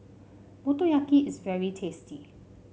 Motoyaki is very tasty